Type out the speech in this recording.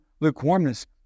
lukewarmness